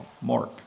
Mark